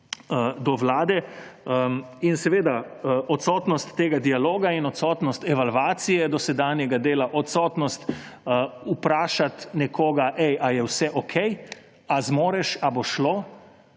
do vlade. Seveda, odsotnost tega dialoga in odsotnost evalvacije dosedanjega dela, odsotnost vprašati nekoga: »Ej, a je vse okej, a zmoreš, a bo šlo,